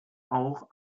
auch